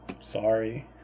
Sorry